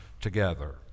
together